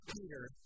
Peter